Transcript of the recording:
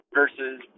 versus